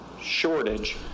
shortage